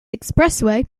expressway